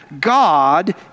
God